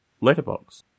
letterbox